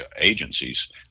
agencies